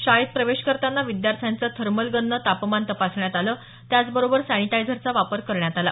शाळेत प्रवेश करताना विद्यार्थ्यांचं थर्मलगननं तापमान तपासण्यात आलं त्याचबरोबर सॅनिटायझरचा वापर करण्यात आला